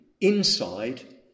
inside